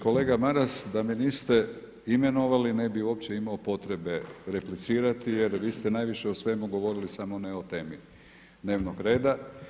Kolega Maras, da me niste imenovali ne bih uopće imao potrebe replicirati jer vi ste najviše o svemu govorili samo ne o temi dnevnog reda.